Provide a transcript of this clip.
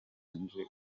nje